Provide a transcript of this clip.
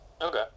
Okay